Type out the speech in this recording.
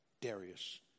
Darius